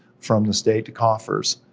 from the state coffers,